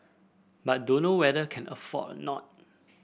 but dunno whether can afford or not